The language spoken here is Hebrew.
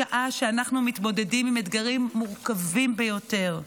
בשעה שאנחנו מתמודדים עם אתגרים מורכבים ביותר,